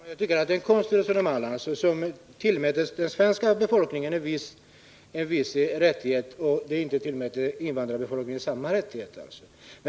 Herr talman! Det är ett konstigt resonemang att tillmäta den svenska befolkningen en viss rättighet men inte tillmäta invandrarbefolkningen samma rättighet.